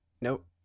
Nope